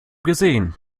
gesehen